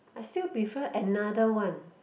I still prefer another one